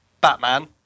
Batman